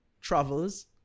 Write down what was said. travels